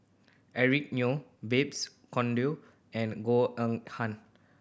Eric Neo Babes Conde and Goh Eng Han